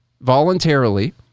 voluntarily